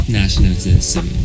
nationalism